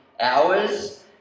hours